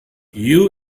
you